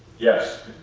yes,